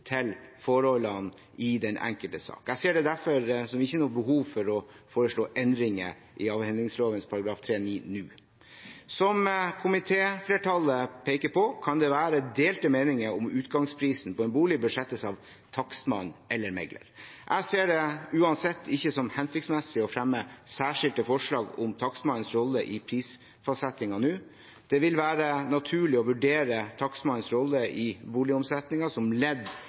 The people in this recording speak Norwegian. til forholdene i den enkelte sak. Jeg ser derfor ikke noe behov for å foreslå endringer i avhendingsloven § 3-9 nå. Som komitéflertallet peker på, kan det være delte meninger om hvorvidt utgangsprisen på en bolig bør settes av takstmann eller megler. Jeg ser det uansett ikke som hensiktsmessig å fremme særskilte forslag om takstmannens rolle i prisfastsettingen nå. Det vil være naturlig å vurdere takstmannens rolle i boligomsetningen som ledd